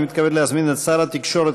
אני מתכבד להזמין את שר התקשורת,